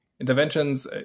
interventions